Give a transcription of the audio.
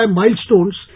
milestones